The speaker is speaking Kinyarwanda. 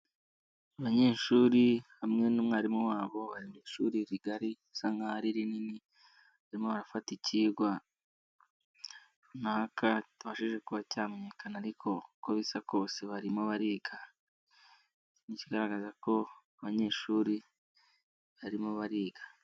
Abanyeshuri hamwe n'umwarimu wabo bari mu ishuri rigari risa nkaho ari rinini, barimo barafata ikigwa runaka tubashije kuba cyamenyekana ariko uko bisa kose barimo bariga. Ni ikigaragaza ko abanyeshuri barimo bariga.